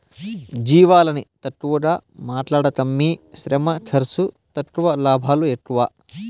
జీవాలని తక్కువగా మాట్లాడకమ్మీ శ్రమ ఖర్సు తక్కువ లాభాలు ఎక్కువ